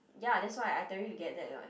ya that's why I tell you to get that [one]